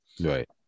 right